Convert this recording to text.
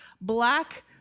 black